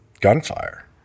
gunfire